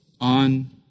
on